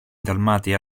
dalmatia